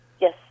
Yes